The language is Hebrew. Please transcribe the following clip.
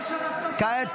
תעבור להצבעה כבר.